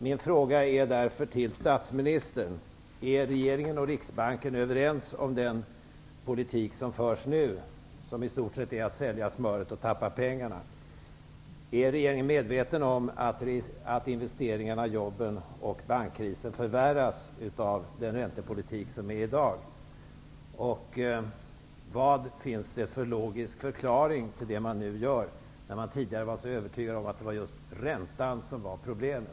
Mina frågor till statsministern är därför: Är regeringen och Riksbanken överens om den politik som nu förs och som i stort sett kan beskrivas som att sälja smöret och sedan tappa pengarna? Är regeringen medveten om att investeringarna, arbetslösheten och bankkrisen förvärras av dagens räntepolitik? Vad finns det för logisk förklaring till det som man nu gör, då man tidigare var så övertygad om att det just var räntan som var problemet?